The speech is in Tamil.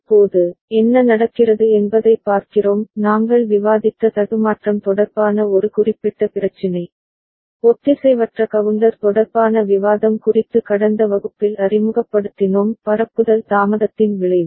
இப்போது என்ன நடக்கிறது என்பதைப் பார்க்கிறோம் நாங்கள் விவாதித்த தடுமாற்றம் தொடர்பான ஒரு குறிப்பிட்ட பிரச்சினை ஒத்திசைவற்ற கவுண்டர் தொடர்பான விவாதம் குறித்து கடந்த வகுப்பில் அறிமுகப்படுத்தினோம் பரப்புதல் தாமதத்தின் விளைவு